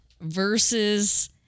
versus